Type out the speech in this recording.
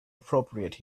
appropriate